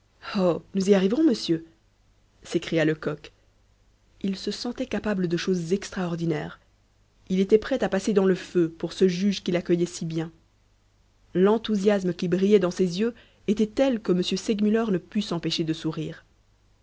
nous y arriverons monsieur s'écria lecoq il se sentait capable de choses extraordinaires il était prêt à passer dans le feu pour ce juge qui l'accueillait si bien l'enthousiasme qui brillait dans ses yeux était tel que m segmuller ne put s'empêcher de sourire